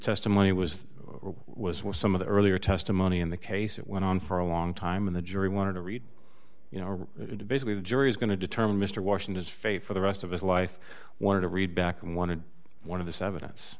testimony was or was what some of the earlier testimony in the case it went on for a long time when the jury wanted to read you know basically the jury's going to determine mr washington's fate for the rest of his life wanted to read back and wanted one of this evidence